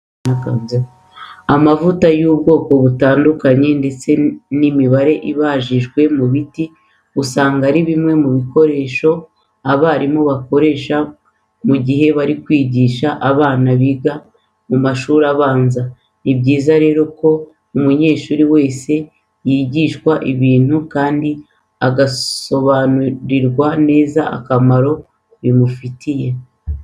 Amavuta y'ubwoko butandukanye ndetse n'imibare iba ibajwe mu biti usanga ari bimwe mu bikoresho abarimu bakoresha mu gihe bari kwigisha abana biga mu mashuri abanza. Ni byiza rero ko umunyeshuri wese yigishwa ibintu kandi agasobanurirwa neza n'akamaro bimufitiye.